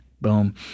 Boom